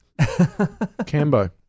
Cambo